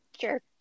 sure